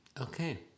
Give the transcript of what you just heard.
Okay